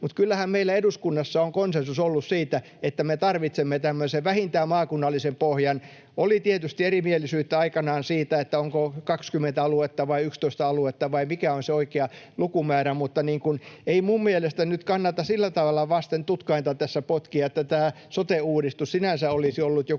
mutta kyllähän meillä eduskunnassa on konsensus ollut siitä, että me tarvitsemme tämmöisen vähintään maakunnallisen pohjan. Oli tietysti erimielisyyttä aikanaan siitä, onko 20 aluetta vai 11 aluetta vai mikä on se oikea lukumäärä, mutta ei minun mielestäni nyt kannata sillä tavalla vasten tutkainta tässä potkia, että tämä sote-uudistus sinänsä olisi ollut joku